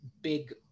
big